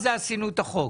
החוק,